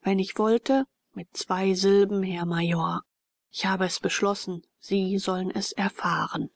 wenn ich wollte mit zwei silben herr major ich habe es beschlossen sie sollen es erfahren